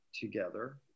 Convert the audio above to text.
together